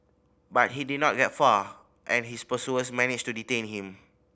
but he did not get far and his pursuers managed to detain him